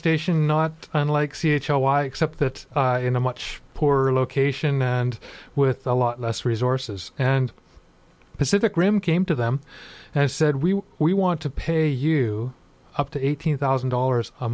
station not unlike c h r y except that in a much poorer location and with a lot less resources and the pacific rim came to them and said we we want to pay you up to eighteen thousand dollars a